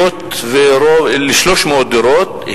של 300 דירות,